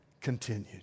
continued